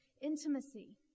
Intimacy